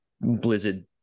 Blizzard